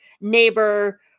neighbor